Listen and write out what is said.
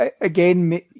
again